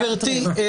גברתי.